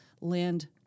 land